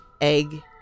egg